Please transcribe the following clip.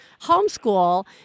homeschool